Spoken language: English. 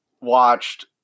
watched